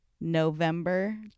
November